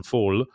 Fall